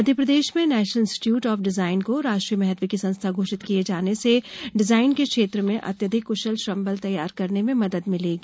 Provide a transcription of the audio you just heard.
मध्यप्रदेश में national institute of design को राष्ट्रीय महत्व की संस्था घोषित किये जाने से डिजाइन के क्षेत्र में अत्यधिक कुशल श्रमबल तैयार करने में मदद मिलेगी